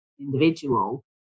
individual